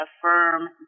affirm